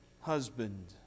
husband